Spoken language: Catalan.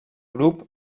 grup